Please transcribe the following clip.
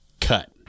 Cut